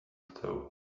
though